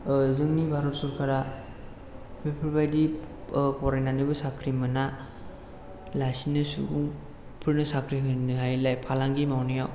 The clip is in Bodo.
जोंनि भारत सरखारा बेफोरबादि फरायनानैबो साख्रि मोना लासिनो सुबुंफोरनो साख्रि होनो हायैलाय फालांगि मावनायाव